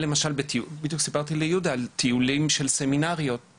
בדיוק סיפרתי ליהודה על טיולים של סמינריסטיות,